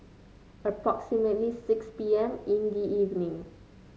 approximately six P M in the evening